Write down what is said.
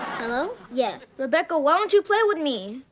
hello? yeah. rebecca, why don't you play with me?